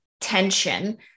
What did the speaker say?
tension